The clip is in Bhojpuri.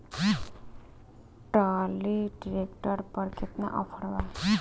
ट्राली ट्रैक्टर पर केतना ऑफर बा?